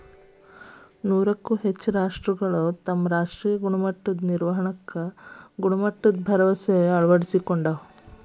ನೂರಕ್ಕೂ ಹೆಚ್ಚ ರಾಷ್ಟ್ರಗಳು ತಮ್ಮ ರಾಷ್ಟ್ರೇಯ ಗುಣಮಟ್ಟದ ನಿರ್ವಹಣಾಕ್ಕ ಗುಣಮಟ್ಟದ ಭರವಸೆಕ್ಕ ಅಳವಡಿಸಿಕೊಂಡಾವ